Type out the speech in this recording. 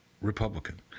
Republican